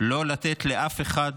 לא לתת לאף אחד